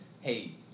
hey